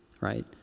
right